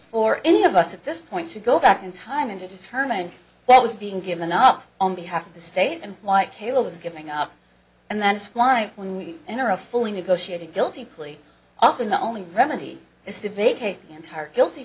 for any of us at this point to go back in time and to determine what was being given up on behalf of the state and why caleb was giving up and that's why when you enter a fully negotiated guilty plea often the only remedy